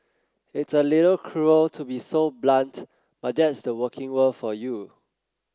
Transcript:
it's a little cruel to be so blunt but that's the working world for you